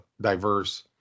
diverse